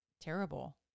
terrible